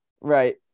Right